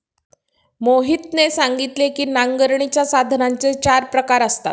मोहितने सांगितले की नांगरणीच्या साधनांचे चार प्रकार असतात